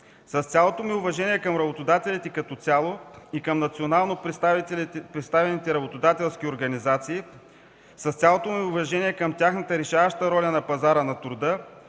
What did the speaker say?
С цялото ми уважение към работодателите като цяло и към национално представените работодателски организации, с цялото ми уважение към тяхната решаваща роля на пазара на труда,